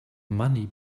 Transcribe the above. money